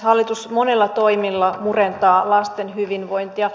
hallitus monilla toimilla murentaa lasten hyvinvointia